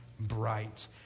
bright